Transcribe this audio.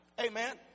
Amen